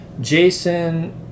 Jason